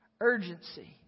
Urgency